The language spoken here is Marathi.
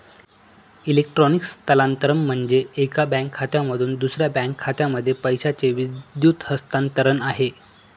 इलेक्ट्रॉनिक स्थलांतरण म्हणजे, एका बँक खात्यामधून दुसऱ्या बँक खात्यामध्ये पैशाचं विद्युत हस्तांतरण आहे